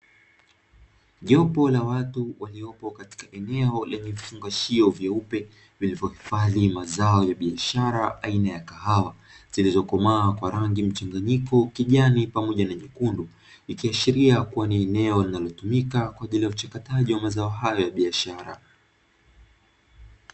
Jopo la watu waliopo katika eneo lenye vifungashio vyeupe vilivyohifadhi mazao ya biashara aina ya kahawa zilizokomaa kwa rangi mchanganyiko kijani na nyekundu ikiashiria ni eneo la uchakataji wa zao la biashara.